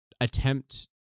attempt